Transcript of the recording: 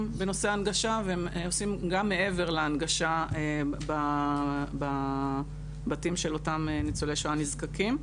בנושא הנגשה והם עושים גם מעבר להנגשה בבתים של אותם ניצולי שואה נזקקים.